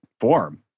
form